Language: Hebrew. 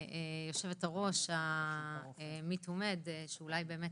יושבת הראש מ- Me Too Med שאולי באמת